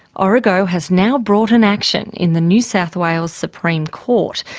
origo has now brought an action in the new south wales supreme court,